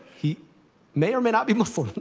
he may or may not be muslim.